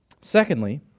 Secondly